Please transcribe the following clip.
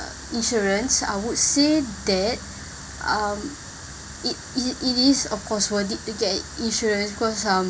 insurance I would say that um it it it is of course worth it to get insurance cause um